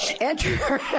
Enter